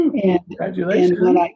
Congratulations